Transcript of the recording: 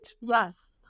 Yes